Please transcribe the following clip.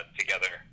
together